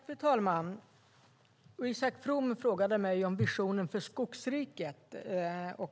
Fru talman! Isak From frågade mig om visionen med Skogsriket.